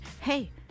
Hey